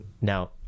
Now